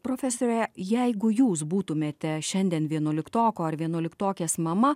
profesore jeigu jūs būtumėte šiandien vienuoliktoko ar vienuoliktokės mama